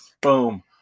boom